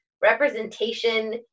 representation